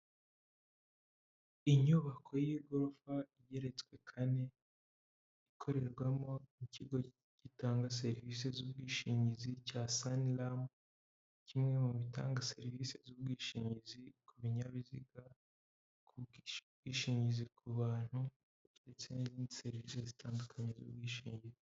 Inyubako y'igorofa igeretswe kane ikorerwamo ikigo gitanga serivisi z'ubwishingizi cya saniramu, kimwe mu bitanga serivisi z'ubwishingizi ku binyabiziga, ubwishingizi ku bantu ndetse n'izindi serivisi zitandukanye z'ubwishingizi.